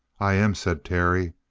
i am, said terry,